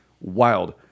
Wild